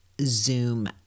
zoom